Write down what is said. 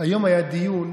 היום היה דיון,